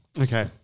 Okay